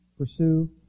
Pursue